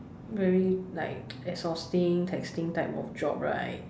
very like exhausting taxing kind of job right